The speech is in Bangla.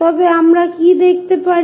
তবে আমরা কি দেখতে পারি